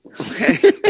okay